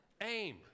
aim